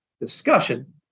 discussion